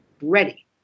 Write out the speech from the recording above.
ready